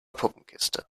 puppenkiste